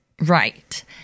Right